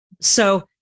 So-